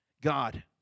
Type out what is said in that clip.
God